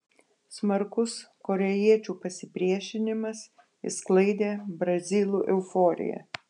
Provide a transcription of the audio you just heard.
smarkus korėjiečių pasipriešinimas išsklaidė brazilų euforiją